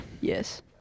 Yes